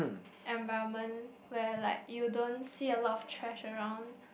environment where like you don't see a lot of trash around